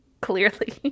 Clearly